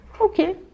Okay